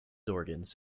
organs